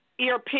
ERP